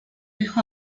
hijo